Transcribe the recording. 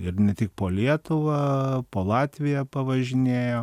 ir ne tik po lietuvą po latviją pavažinėjo